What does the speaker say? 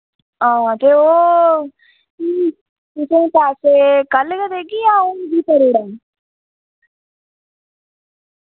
हां ते ओ तुसें पैसे कल गै देगी यां हू'न ही करी ओ ड़ां